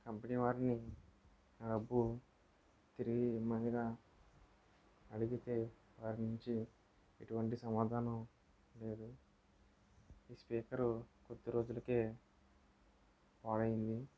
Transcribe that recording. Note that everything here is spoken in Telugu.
కంపెనీ వారిని నా డబ్బు తిరిగి ఇమ్మనగా అడిగితే వారి నుంచి ఎటువంటి సమాధానం లేదు ఈ స్పీకరు కొద్దిరోజులకే పాడైంది